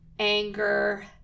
anger